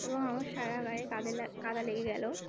এবং আমার সারা গায়ে কাদা লা কাদা লেগে গেল